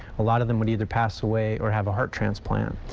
a lot of them would either pass away or have a heart transplant.